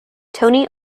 tony